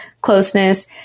closeness